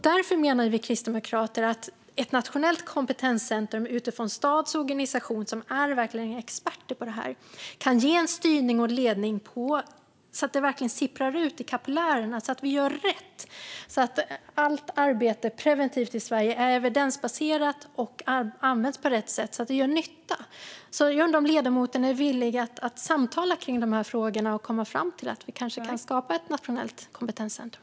Därför menar vi kristdemokrater att ett nationellt kompetenscentrum utifrån STAD:s organisation, där man verkligen är experter på detta, kan ge styrning och ledning så att det sipprar ut i kapillärerna och vi gör rätt - så att allt preventivt arbete i Sverige är evidensbaserat och utförs på rätt sätt och gör nytta. Jag undrar om ledamoten är villig att samtala kring dessa frågor och kanske komma fram till att vi kan skapa ett nationellt kompetenscentrum.